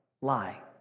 Lie